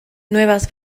nuevas